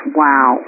wow